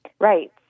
Right